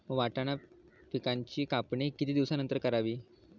वाटाणा पिकांची कापणी किती दिवसानंतर करावी?